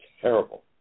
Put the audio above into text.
terrible